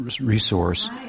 resource